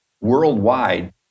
worldwide